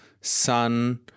sun